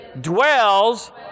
dwells